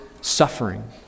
suffering